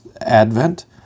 Advent